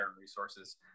resources